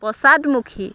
পশ্চাদমুখী